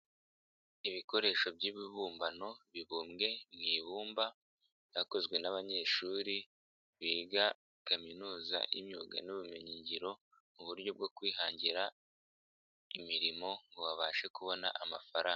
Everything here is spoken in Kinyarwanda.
Ibikoresho by'ibibumbano bibumbwe mu ibumba, byakozwe nbanyeshuri biga kaminuza y'imyuga n'ubumenyingiro, mu buryo bwo kwihangira imirimo ngo babashe kubona amafaranga.